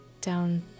down